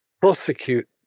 prosecute